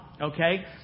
okay